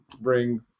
bring